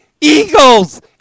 Eagles